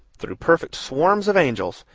through perfect swarms of angels,